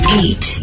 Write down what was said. eight